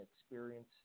experience